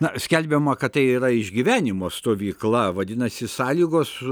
na skelbiama kad tai yra išgyvenimo stovykla vadinasi sąlygos